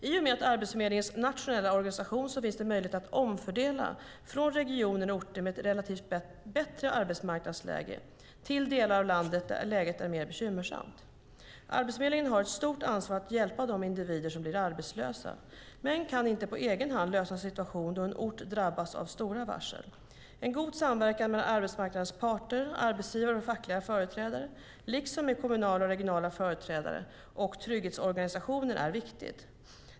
I och med Arbetsförmedlingens nationella organisation finns möjlighet att omfördela från regioner och orter med ett relativt sett bättre arbetsmarknadsläge till delar av landet där läget är mer bekymmersamt. Arbetsförmedlingen har ett stort ansvar för att hjälpa de individer som blir arbetslösa men kan inte på egen hand avhjälpa en situation då en ort drabbats av stora varsel. En god samverkan med arbetsmarknadens parter, arbetsgivare och fackliga företrädare liksom med kommunala och regionala företrädare och trygghetsorganisationer är viktig.